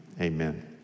amen